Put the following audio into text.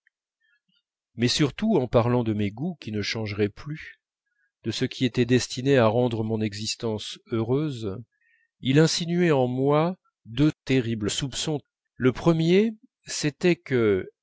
mais surtout en parlant de mes goûts qui ne changeraient plus de ce qui était destiné à rendre mon existence heureuse il insinuait en moi deux terribles soupçons le premier c'était que